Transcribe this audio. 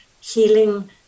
healing